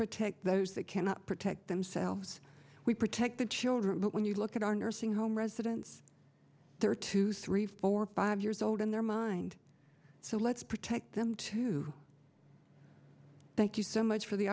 protect those that cannot protect themselves we protect the children but when you look at our nursing home residents there are two three four five years old in their mind so let's protect them too thank you so much for the